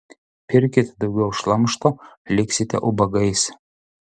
pirkit daugiau šlamšto liksite ubagais